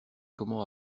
comment